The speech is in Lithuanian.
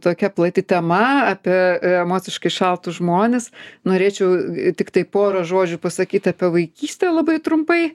tokia plati tema apie emociškai šaltus žmones norėčiau tiktai porą žodžių pasakyti apie vaikystę labai trumpai